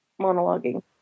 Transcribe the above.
monologuing